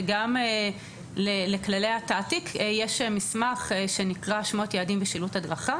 וגם לכללי התעתיק יש מסמך שנקרא 'שמות יעדים בשילוט הדרכה',